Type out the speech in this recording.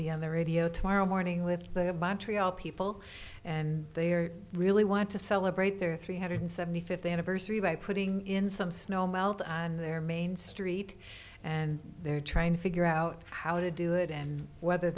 be on the radio tomorrow morning with the montral people and they are really want to celebrate their three hundred seventy fifth anniversary by putting in some snow melt on their main street and they're trying to figure out how to do it and whether